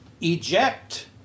eject